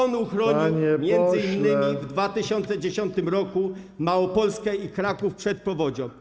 I on uchronił m.in. w 2010 r. Małopolskę i Kraków przed powodzią.